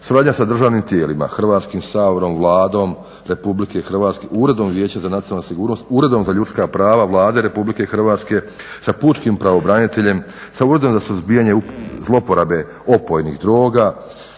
suradnja sa državnim tijelima Hrvatskim saborom, Vladom RH, Uredom vijeća za nacionalnu sigurnost, Uredom za ljudska prava Vlade RH sa pučkim pravobraniteljem, sa Uredom za suzbijanje zloporabe opojnih droga